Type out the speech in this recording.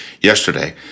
yesterday